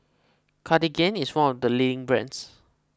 Cartigain is one of the leading brands